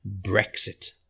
brexit